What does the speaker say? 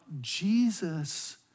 Jesus